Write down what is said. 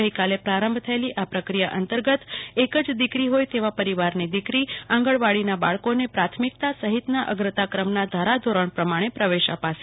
ગઈકાલે પ્રારંભ થયેલી આ પ્રક્રિયા અંતર્ગત્ એક જ દિકરી હોય તેવા પરિવારની દિકરી આંગણવાડીના બાળકોને પ્રાથમિકતા સહિતના એગ્રતાક્રમના ધારાધોરણ પ્રમાણે પ્રવેશ અપાશે